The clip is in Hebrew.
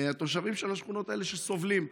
מהתושבים של השכונות האלה שסובלים.